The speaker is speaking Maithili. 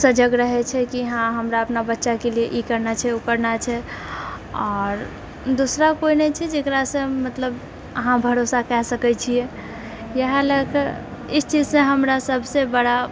सजग रहैत छै कि हँ हमरा अपना बच्चाकेँ लिए ई करना छै ओ करना छै आओर दूसरा कोइ नहि छै जेकरासँ मतलब अहाँ भरोसा कए सकैत छिए इएह लएके इस चीजसे हमरा सबसँ बड़ा